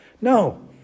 No